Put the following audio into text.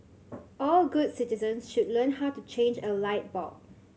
all good citizens should learn how to change a light bulb